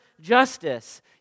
justice